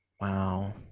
wow